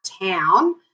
town